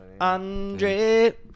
Andre